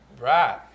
Right